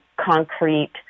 concrete